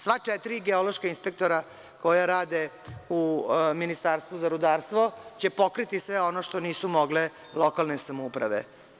Sva četiri geološka inspektora koja rade u Ministarstvu za rudarstvo će pokriti sve ono što nisu mogle lokalne samouprave.